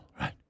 right